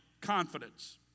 confidence